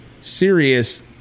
serious